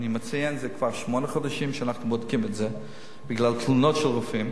אני מציין כבר שמונה חודשים שאנחנו בודקים את זה בגלל תלונות של רופאים,